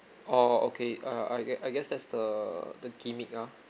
orh okay uh I guess I guess that's the the gimmick ah